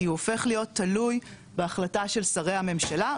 כי הוא הופך להיות תלוי בהחלטה של שרי הממשלה,